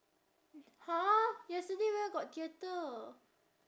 !huh! yesterday where got theatre